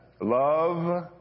Love